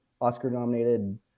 Oscar-nominated